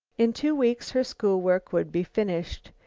in two weeks her school work would be finished.